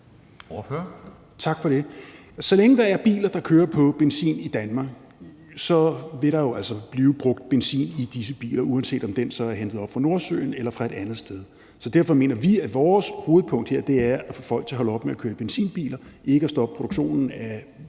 Så længe der er biler, der kører på benzin i Danmark, så vil der jo altså blive brugt benzin i disse biler, uanset om den så er hentet op i Nordsøen eller et andet sted. Så derfor mener vi, at vores hovedpunkt her er at få folk til at holde op med at køre i benzinbiler – ikke at stoppe produktionen af